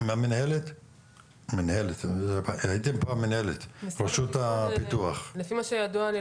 לפי מה שידוע לי,